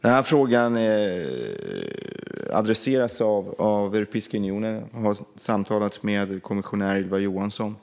Den här frågan adresseras av Europeiska unionen. Jag har samtalat med kommissionär Ylva Johansson